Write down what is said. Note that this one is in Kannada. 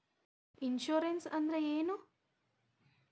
ಇನ್ಶೂರೆನ್ಸ್ ಅಂದ್ರ ಏನು?